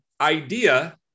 idea